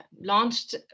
launched